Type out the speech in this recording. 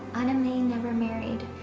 anna may never married.